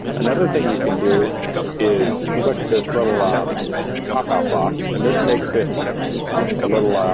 another thing you can do is click this little um pop-out box and this makes it a little,